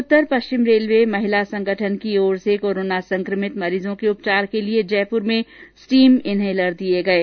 उत्तर पश्चिम रेलवे महिला संघठन की ओर से कोरोना संक्रमित मरीजों के उपचार के लिए जयपुर में स्टीम इन्हेलर दिये गये